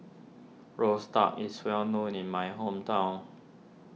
Roasted Duck is well known in my hometown